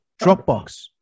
Dropbox